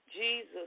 Jesus